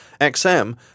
XM